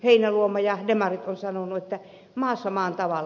heinäluoma ja demarit ovat sanoneet että maassa maan tavalla